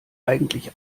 eigentlich